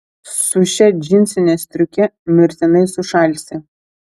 su šia džinsine striuke mirtinai sušalsi